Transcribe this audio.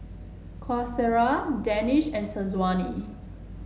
Qaisara Danish and Syazwani